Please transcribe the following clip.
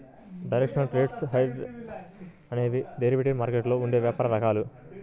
directional trades, hedged trades అనేవి derivative మార్కెట్లో ఉండే వ్యాపార రకాలు